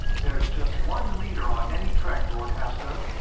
there's just one leader on any trek, lord hastur.